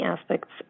aspects